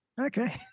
Okay